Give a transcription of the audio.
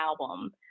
album